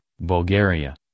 Bulgaria